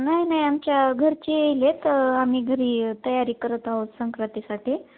नाही नाही आमच्या घरचे येईलेत आम्ही घरी तयारी करत आहोत संक्रातीसाठी